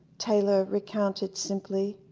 taylor recounted simply,